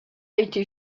été